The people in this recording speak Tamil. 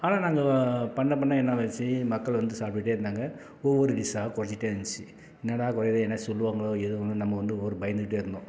ஆனால் நாங்கள் பண்ண பண்ண என்ன ஆகிடிச்சி மக்கள் வந்து சாப்ட்டுகிட்டே இருந்தாங்க ஒவ்வொரு டிஷ்ஷாக குறைஞ்சிட்டே இருந்துச்சி என்னாடா குறையிதே எதுனா சொல்லுவாங்களோ ஏதோன்னு நம்ம வந்து ஒரு டிஷ்ஷாக இருந்தோம்